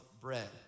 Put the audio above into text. bread